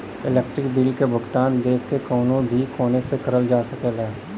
electronic bill क भुगतान देश के कउनो भी कोने से करल जा सकला